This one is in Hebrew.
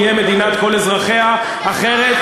לעולם לא תהיה מדינת כל אזרחיה, אחרת,